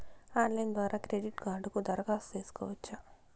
Online ద్వారా credit కార్డుకు దరఖాస్తు సేసుకోవచ్చా?